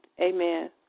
Amen